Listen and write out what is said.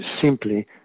simply